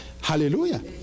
Hallelujah